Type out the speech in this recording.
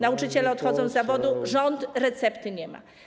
Nauczyciele odchodzą z zawodu, rząd recepty nie ma.